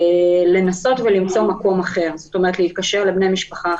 לנסות למצוא מקום אחר לנסות להתקשר לבני משפחה אחרים,